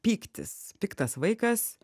pyktis piktas vaikas